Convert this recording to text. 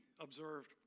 observed